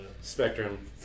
spectrum